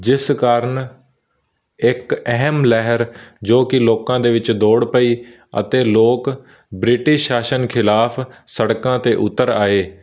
ਜਿਸ ਕਾਰਨ ਇੱਕ ਅਹਿਮ ਲਹਿਰ ਜੋ ਕਿ ਲੋਕਾਂ ਦੇ ਵਿੱਚ ਦੌੜ ਪਈ ਅਤੇ ਲੋਕ ਬ੍ਰਿਟਿਸ਼ ਸ਼ਾਸਨ ਖਿਲਾਫ ਸੜਕਾਂ 'ਤੇ ਉੱਤਰ ਆਏ